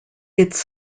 its